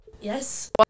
Yes